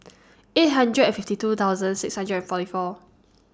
eight hundred and fifty two thousand six hundred and forty four